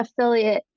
affiliate